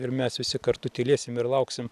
ir mes visi kartu tylėsim ir lauksim